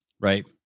Right